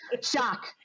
shock